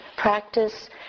practice